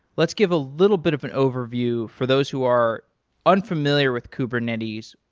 let's give a little bit of an overview for those who are unfamiliar with kubernetes.